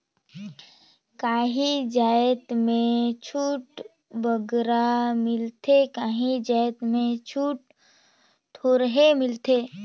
काहीं जाएत में छूट बगरा मिलथे काहीं जाएत में छूट थोरहें मिलथे